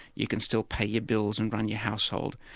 you can still pay your bills and run your household.